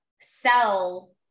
sell